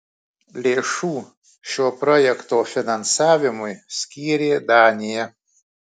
lėšų šio projekto finansavimui skyrė danija